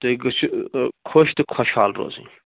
تُہۍ گژھِو خۅش تہٕ خوشحال روزٕنۍ